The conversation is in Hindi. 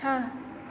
छः